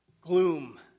Gloom